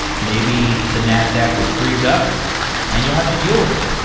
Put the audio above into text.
maybe the nasdaw will freeze up and you'll have to deal with it,